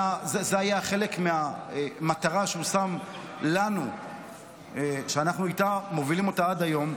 זה היה חלק מהמטרה שהוא שם לנו ושאנחנו מובילים אותה עד היום.